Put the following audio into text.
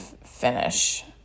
finish